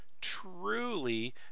truly